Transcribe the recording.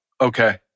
Okay